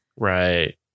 Right